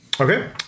Okay